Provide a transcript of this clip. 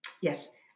Yes